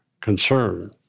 concern